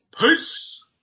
Peace